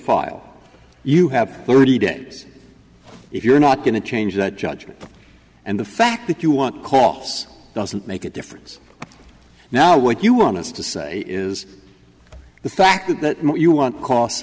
file you have thirty days if you're not going to change that judgment and the fact that you want costs doesn't make a difference now what you want us to say is the fact that you want co